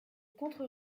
contre